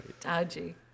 dodgy